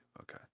okay